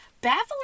baffling